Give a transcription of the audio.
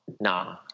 nah